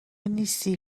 نیستی